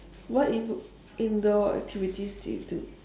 what in~ indoor activities do you do